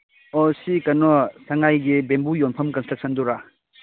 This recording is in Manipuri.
ꯑꯣ ꯁꯤ ꯀꯩꯅꯣ ꯁꯉꯥꯏꯒꯤ ꯕꯦꯝꯕꯨ ꯌꯣꯟꯐꯝ ꯀꯟꯁꯇ꯭ꯔꯛꯁꯟꯗꯨꯔꯥ